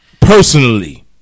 personally